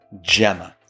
Gemma